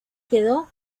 quedó